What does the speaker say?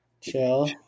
chill